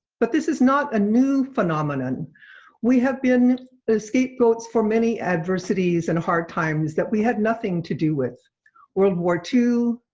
but this is not a new phenomenon we have been scapegoats for many adversities and hard times that we had nothing to do with world war ii,